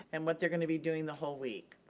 and what they're going to be doing the whole week.